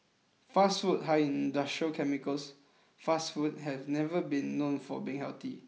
fast food high in industrial chemicals fast food has never been known for being healthy